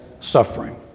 suffering